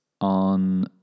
On